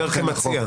בבקשה.